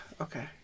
okay